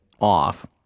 off